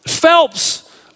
Phelps